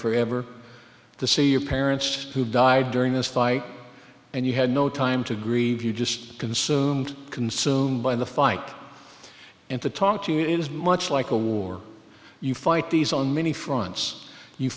for ever to see your parents who died during this fight and you had no time to grieve you just consumed consumed by the fight and the talk to you is much like a war you fight these on many fronts you